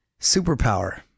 Superpower